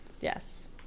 yes